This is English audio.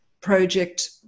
project